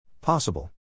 Possible